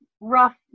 rough